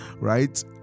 right